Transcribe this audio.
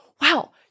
Wow